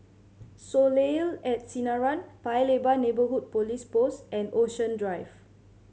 Soleil at Sinaran Paya Lebar Neighbourhood Police Post and Ocean Drive